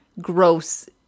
gross